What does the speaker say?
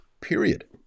period